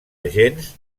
agents